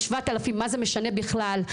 7000 מה זה משנה בכלל?